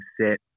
set